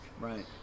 right